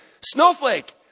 snowflake